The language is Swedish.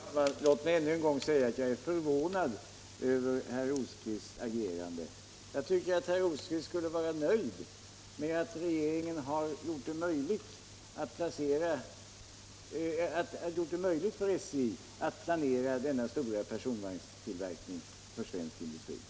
Herr talman! Låt mig ännu en gång säga att jag är förvånad över herr Rosqvists agerande. Jag tycker att herr Rosqvist skulle vara nöjd med . att regeringen har gjort det möjligt för SJ att planera denna stora personvagnstillverkning hos svensk industri.